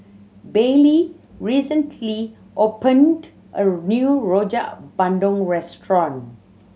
Bailey recently opened a new Rojak Bandung restaurant